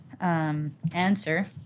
Answer